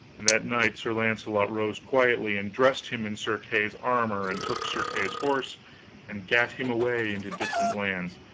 and that night sir launcelot rose quietly, and dressed him in sir kay's armor and took sir kay's horse and gat him away into distant lands,